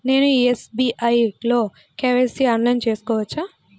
నేను ఎస్.బీ.ఐ లో కే.వై.సి ఆన్లైన్లో చేయవచ్చా?